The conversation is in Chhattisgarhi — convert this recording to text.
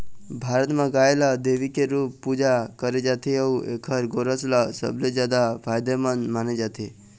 भारत म गाय ल देवी के रूप पूजा करे जाथे अउ एखर गोरस ल सबले जादा फायदामंद माने जाथे